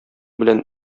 белән